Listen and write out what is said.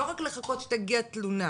לא רק לחכות שתגיע תלונה?